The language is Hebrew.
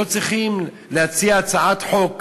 ולא צריכים להציע הצעת חוק